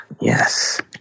yes